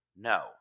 No